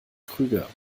krüger